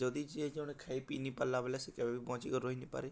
ଯଦି ଯିଏ ଜଣେ ଖାଇ ପିଇ ନି ପାର୍ଲା ବେଲେ ସେ କେଭେ ହେଲେ ବଞ୍ଚି ନି ପାରେ